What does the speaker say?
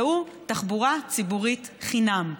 והוא תחבורה ציבורית חינם.